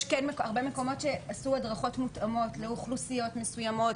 יש הרבה מקומות שעשו הדרכות מותאמות לאוכלוסיות מסוימות,